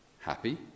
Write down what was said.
Happy